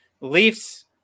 Leafs